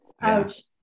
ouch